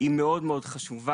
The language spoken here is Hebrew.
היא מאוד-מאוד חשובה,